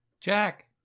Jack